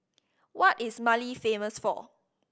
what is Mali famous for